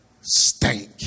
stank